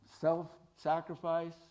self-sacrifice